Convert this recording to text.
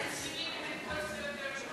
אתם שיניתם את כל סדר-היום,